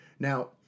Now